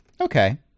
Okay